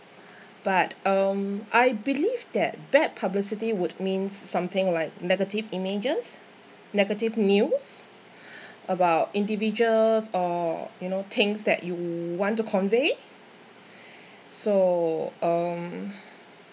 but um I believe that bad publicity would means something like negative images negative news about individuals or you know things that you want to convey so um